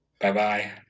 Bye-bye